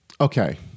Okay